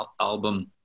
album